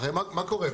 הרי מה קורה פה?